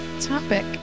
topic